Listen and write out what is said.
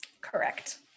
Correct